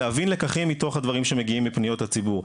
להבין לקחים מתוך הדברים שמגיעים מפניות הציבור.